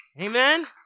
Amen